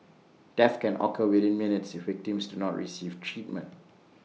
death can occur within minutes if victims do not receive treatment